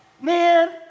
Man